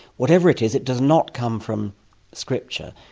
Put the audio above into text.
whatever it is it does not come from scripture.